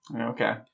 Okay